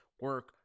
Work